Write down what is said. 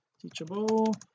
teachable